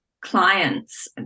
clients